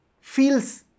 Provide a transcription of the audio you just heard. feels